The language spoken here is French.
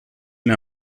met